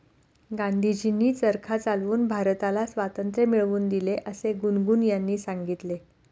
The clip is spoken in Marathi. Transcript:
गांधीजींनी चरखा चालवून भारताला स्वातंत्र्य मिळवून दिले असे गुनगुन यांनी सांगितले